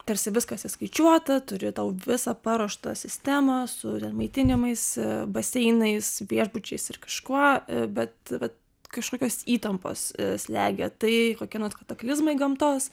tarsi viskas įskaičiuota turiu tau visą paruoštą sistemą su ten maitinimais baseinais viešbučiais ir kažkuo bet vat kažkokios įtampos slegia tai kokie nors kataklizmai gamtos